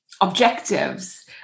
objectives